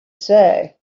say